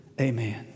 amen